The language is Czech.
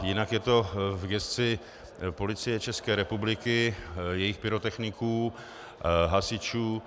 Jinak je to v gesci Policie České republiky, jejích pyrotechniků, hasičů.